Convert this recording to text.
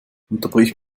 unterbrich